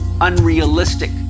unrealistic